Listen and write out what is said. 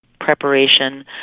preparation